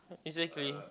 exactly